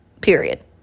period